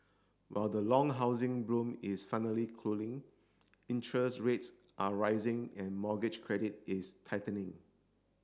while the long housing boom is finally cooling interest rates are rising and mortgage credit is tightening